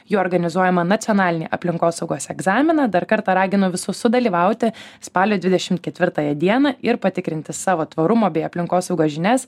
jų organizuojamą nacionalinė aplinkosaugos egzaminą dar kartą raginu visus sudalyvauti spalio dvidešim ketvirtąją dieną ir patikrinti savo tvarumo bei aplinkosaugos žinias